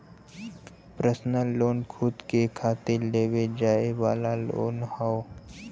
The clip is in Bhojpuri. पर्सनल लोन खुद के खातिर लेवे जाये वाला लोन हौ